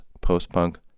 post-punk